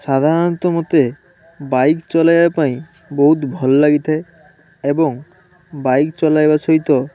ସାଧାରଣତଃ ମତେ ବାଇକ୍ ଚଲାଇବା ପାଇଁ ବହୁତ ଭଲ ଲାଗିଥାଏ ଏବଂ ବାଇକ୍ ଚଲାଇବା ସହିତ